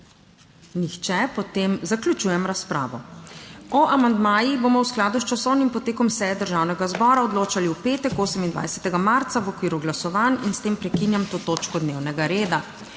Nisem? Res ne? Ne. Dobro. Torej o amandmajih bomo v skladu s časovnim potekom seje Državnega zbora odločali v petek, 28. marca, v okviru glasovanj. S tem prekinjam to točko dnevnega reda.